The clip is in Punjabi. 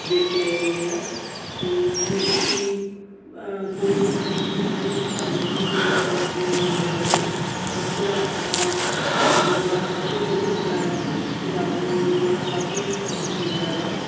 ਦੇ ਕੇ ਆ ਜਾਂਦੇ ਹਾਂ ਅਤੇ ਮੂਰਤੀ ਕੋਈ ਨਹੀਂ ਬਣਾਈ ਜਾਂਦੀ ਅਤੇ ਨਾ ਹੀ ਅਸੀਂ ਘਰ ਵਿੱਚ ਵੀ ਕੋਈ ਮੂਰਤੀਆਂ ਲਗਾਉਂਦੇ ਹਾਂ ਬਸ ਤਿਉਹਾਰ ਸਾਡਾ ਗੁਰਦੁਆਰਾ ਸਾਹਿਬ ਤੋਂ ਹੀ ਸ਼ੁਰੂ ਹੁੰਦਾ ਹੈਗਾ ਅਤੇ ਰਾਤ ਨੂੰ ਗੁਰਦੁਆਰਾ ਸਾਹਿਬ 'ਤੇ ਹੀ ਖ਼ਤਮ ਹੁੰਦਾ ਹੈਗਾ